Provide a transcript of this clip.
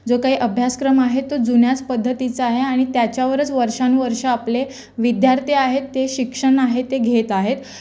जो काही अभ्यासक्रम आहे तो जुन्याच पद्धतीचा आहे आणि त्याच्यावरच वर्षानुवर्ष आपले विद्यार्थी आहेत ते शिक्षण आहे ते घेत आहेत